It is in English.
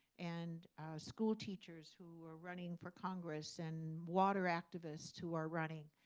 and school teachers who are running for congress, and water activists who are running.